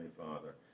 father